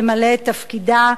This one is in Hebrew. למלא את תפקידה,